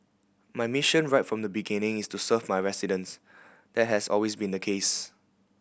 my mission right from the beginning is to serve my residents that has always been the case